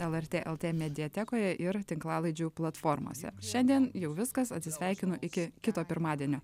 lrt lt mediatekoje ir tinklalaidžių platformose šiandien jau viskas atsisveikinu iki kito pirmadienio